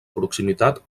proximitat